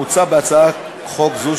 מוצע בהצעת חוק זו,